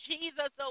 Jesus